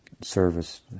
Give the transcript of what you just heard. service